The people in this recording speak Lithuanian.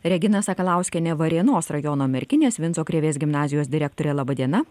regina sakalauskiene varėnos rajono merkinės vinco krėvės gimnazijos direktore laba diena